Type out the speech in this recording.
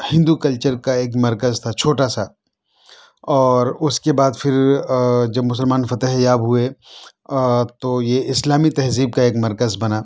ہندو culture کا ایک مرکز تھا چھوٹا سا اور اس کے بعد پھر جب مسلمان فتحِ یاب ہوئے تو یہ اِسلامی تہذیب کا ایک مرکز بنا